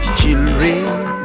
children